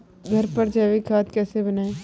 घर पर जैविक खाद कैसे बनाएँ?